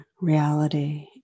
reality